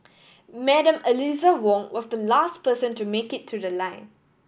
Madam Eliza Wong was the last person to make it to the line